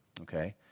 Okay